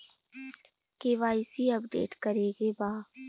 KYC update करे के बा?